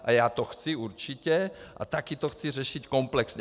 A já to chci určitě a taky to chci řešit komplexně.